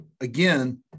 Again